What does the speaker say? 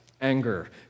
Anger